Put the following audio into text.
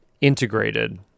integrated